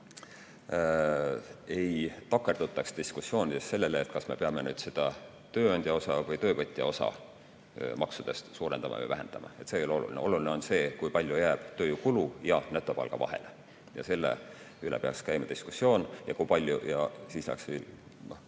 ei takerduks diskussioonides sellele, kas peaks tööandja osa või töövõtja osa maksudest suurendama või vähendama. See ei ole oluline. Oluline on see, kui palju jääb tööjõukulu ja netopalga vahele. Selle üle peaks käima diskussioon. Ja kui me tuleme nüüd tänase